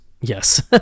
Yes